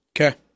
Okay